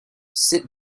sit